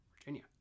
Virginia